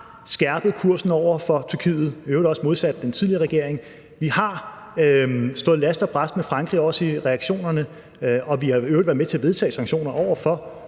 skærpet kursen over for Tyrkiet – i øvrigt også modsat den tidligere regering – vi har stået last og brast med Frankrig, også i reaktionerne, og vi har i øvrigt været med til at vedtage sanktioner over for